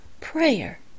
prayer